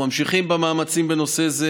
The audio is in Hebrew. אנחנו ממשיכים במאמצים בנושא זה,